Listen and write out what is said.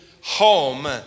home